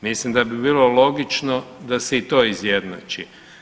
Mislim da bi bilo logično da se i to izjednači.